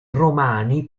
romani